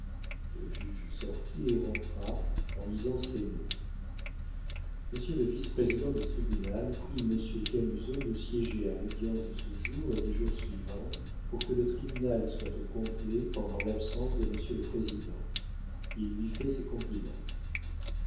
le juge sortit et rentra en lisant ces mots monsieur le vice-président du tribunal prie monsieur camusot de siéger à l'audience de ce jour et des jours suivants pour que le tribunal soit au complet pendant l'absence de monsieur le président il lui fait ses compliments